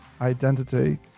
identity